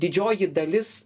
didžioji dalis